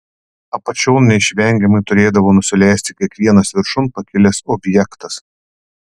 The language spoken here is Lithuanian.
apačion neišvengiamai turėdavo nusileisti kiekvienas viršun pakilęs objektas